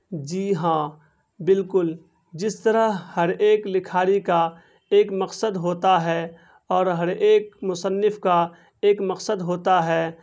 جی ہاں بالکل جس طرح ہر ایک لکھاری کا ایک مقصد ہوتا ہے اور ہر ایک مصنف کا ایک مقصد ہوتا ہے